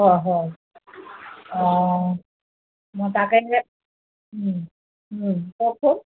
হয় হয় অঁ মই তাকে কওকচোন